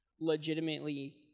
Legitimately